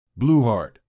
Blueheart